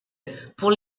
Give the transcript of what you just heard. pour